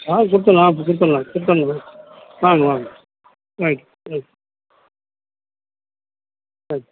ஆ கொடுத்துட்லாம் கொடுத்துட்லாம் கொடுத்துட்லாங்க வாங்க வாங்க ஆ ஆ